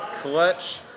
Clutch